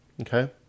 okay